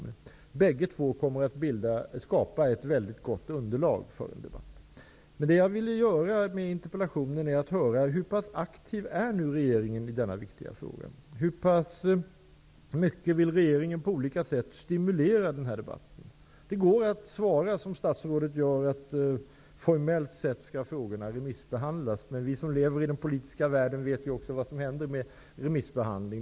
Båda utredningarna kommer att skapa ett mycket gott underlag för debatten. Det jag ville åstadkomma med interpellationen var ett besked om hur aktiv regeringen är i denna viktiga fråga. Hur pass mycket vill regeringen på olika sätt stimulera den här debatten? Det går att svara på det sätt som statsrådet gjorde, nämligen att frågorna formellt sett skall remissbehandlas. Men vi som lever i den politiska världen vet ju också vad som händer med en remissbehandling.